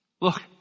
Look